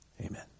Amen